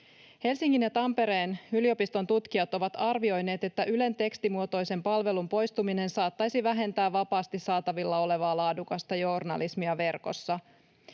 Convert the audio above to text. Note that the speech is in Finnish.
Helsingin ja Tampereen yliopiston tutkijat ovat arvioineet, että Ylen tekstimuotoisen palvelun poistuminen saattaisi vähentää vapaasti saatavilla olevaa laadukasta journalismia verkossa.